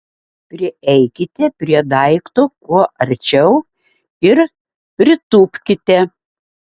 prieikite prie daikto kuo arčiau ir pritūpkite